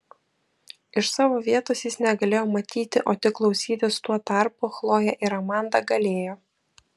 iš savo vietos jis negalėjo matyti o tik klausytis tuo tarpu chlojė ir amanda galėjo